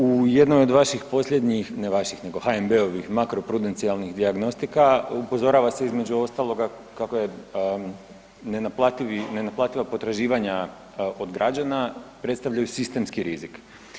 U jednoj od vaših posljednjih, ne vaših nego HNB-ovih makroprudencijalnih dijagnostika, upozorava se, između ostaloga kako je nenaplativa potraživanja od građana predstavljaju sistemski rizik.